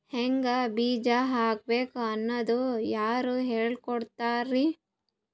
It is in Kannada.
ಹಿಂಗ್ ಬೀಜ ಹಾಕ್ಬೇಕು ಅನ್ನೋದು ಯಾರ್ ಹೇಳ್ಕೊಡ್ತಾರಿ?